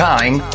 Time